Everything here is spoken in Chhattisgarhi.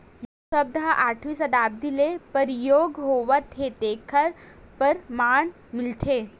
जूट सब्द ह अठारवी सताब्दी ले परयोग होवत हे तेखर परमान मिलथे